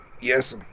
Yes